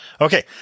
Okay